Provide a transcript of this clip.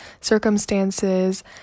circumstances